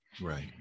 right